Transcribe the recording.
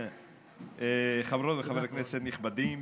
חברות וחברי כנסת נכבדים,